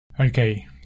Okay